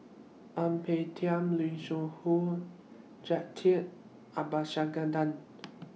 Ang Peng Tiam Lim Siong Who Jacintha Abisheganaden